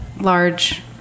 large